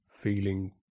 feeling